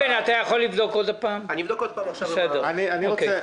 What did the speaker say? בסוף צריך לראות את המכלול,